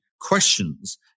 questions